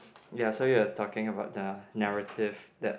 ya so you were talking about the narrative that